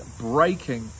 breaking